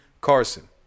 Carson